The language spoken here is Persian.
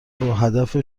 باهدف